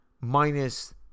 minus